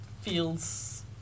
feels